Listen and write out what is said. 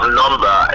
number